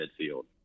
midfield